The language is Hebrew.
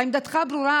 עמדתך ברורה,